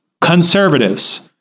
Conservatives